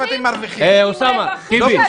--- הילה.